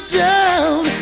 down